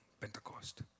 Pentecost